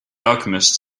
alchemist